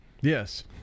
Yes